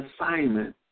assignment